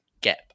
gap